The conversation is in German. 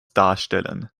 darstellen